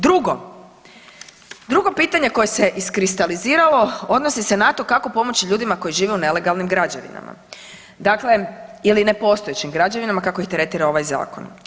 Drugo, drugo pitanje koje se iskristaliziralo odnosi se na to kako pomoći ljudima koji žive u nelegalnim građevinama, dakle, ili nepostojećim građevinama kako ih tretira ovaj zakon.